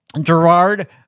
Gerard